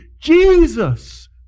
Jesus